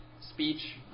speech